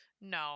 No